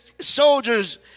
soldiers